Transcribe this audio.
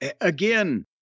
again